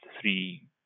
three